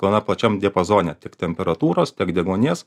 gana plačiam diapazone tiek temperatūros tiek deguonies